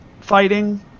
fighting